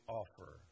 offer